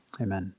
Amen